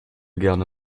gerne